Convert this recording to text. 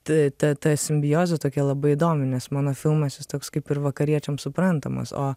tai ta ta simbiozė tokia labai įdomi nes mano filmas jis toks kaip ir vakariečiams suprantamas o